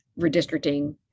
redistricting